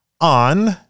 on